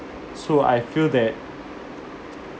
so I feel that